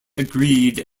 agreed